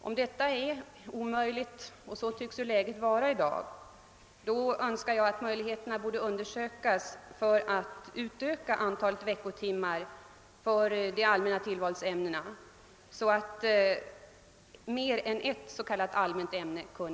Om detta är omöjligt — och sådant tycks läget vara i dag — Önskar jag att möjligheterna undersöks att öka ut antalet veckotimmar för de allmänna tillvalsämnena, så att eleverna får välja mer än ett s.k. allmänt ämne.